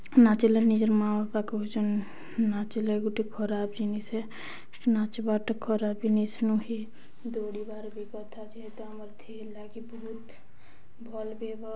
ନାଚ୍ଲେ ନିଜର୍ ମା' ବାପା କହୁଚନ୍ ନାଚ୍ଲେ ଗୁଟେ ଖରାପ୍ ଜିନିଷ୍ ଏ ନାଚ୍ବାର୍ଟା ଖରାପ୍ ଜିନିଷ୍ ନୁହଁ ଦୌଡ଼ିବାର୍ ବି କଥା ଯେହେତୁ ଆମର୍ ଦିହି ଲାଗି ବହୁତ୍ ଭଲ୍ ବି ହେବା ଆଉ